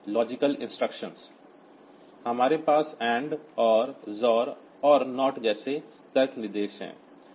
logical instructions हमारे पास AND OR XOR और NOT जैसे तर्क निर्देश हैं